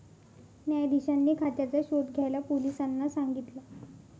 न्यायाधीशांनी खात्याचा शोध घ्यायला पोलिसांना सांगितल